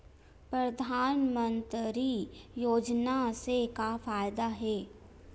परधानमंतरी योजना से का फ़ायदा हे?